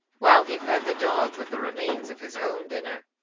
while he fed the dog with the remains of his own dinner.